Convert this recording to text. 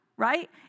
right